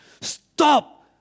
Stop